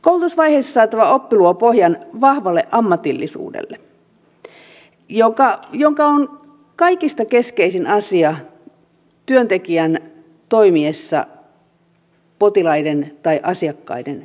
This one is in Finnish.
koulutusvaiheessa saatava oppi luo pohjan vahvalle ammatillisuudelle joka on kaikista keskeisin asia työntekijän toimiessa potilaiden tai asiakkaiden rinnalla